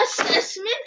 assessment